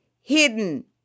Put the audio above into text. hidden